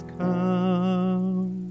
come